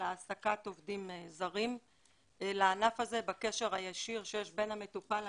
העסקת עובדים זרים לענף הזה בקשר הישיר שיש בין המטופל למטפל.